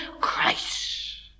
Christ